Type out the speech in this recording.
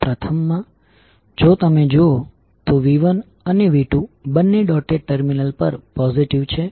પ્રથમ માં જો તમે જુઓ તો V1અને V2બંને ડોટેડ ટર્મિનલ પર પોઝિટિવ છે